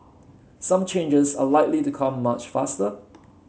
some changes are likely to come much faster